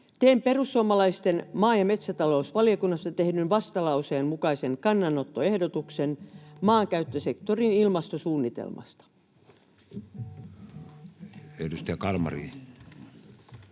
perussuomalaisten maa- ja metsätalousvaliokunnassa tehdyn vastalauseen mukaisen kannanottoehdotuksen maankäyttösektorin ilmastosuunnitelmasta. Edustaja Kalmari.